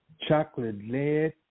chocolate-lead